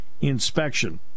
inspection